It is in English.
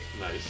Nice